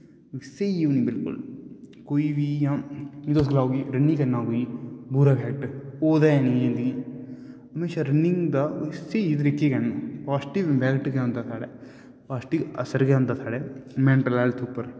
स्हेई होनी बिल्कुल कोई बी इ'यां जिसलै रनिंग जन्नां कोई बुरा इफैक्ट होंदा गै निं जिन्दगी च हमेशा रनिंग दा स्हेई तरीके कन्नै पाजिटिव इंपैक्ट गै औंदा जिन्दगी च पाज़िटिव असर गै होंदा साढ़ी मैंटल हैल्थ उप्पर